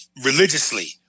religiously